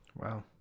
Wow